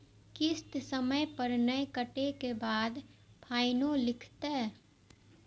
किस्त समय पर नय कटै के बाद फाइनो लिखते?